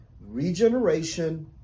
regeneration